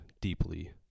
deeply